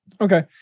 Okay